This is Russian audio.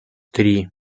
три